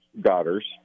daughters